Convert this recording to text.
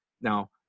Now